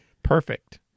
Perfect